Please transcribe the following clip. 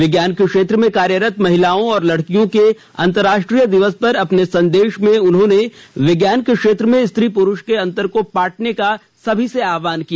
विज्ञान के क्षेत्र में कार्यरत महिलाओं और लड़कियों के अंतर्राष्ट्रीय दिवस पर अपने संदेश में उन्होंने विज्ञान के क्षेत्र में स्त्री पुरूष के अंतर को पाटने का सभी से आह्वान किया